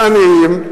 ועניים,